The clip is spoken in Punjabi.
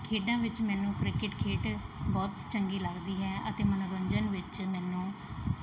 ਖੇਡਾਂ ਵਿੱਚ ਮੈਨੂੰ ਕ੍ਰਿਕਟ ਖੇਡ ਬਹੁਤ ਚੰਗੀ ਲੱਗਦੀ ਹੈ ਅਤੇ ਮਨੋਰੰਜਨ ਵਿੱਚ ਮੈਨੂੰ